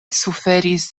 suferis